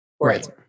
Right